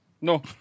no